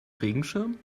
regenschirm